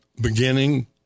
beginning